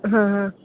હાં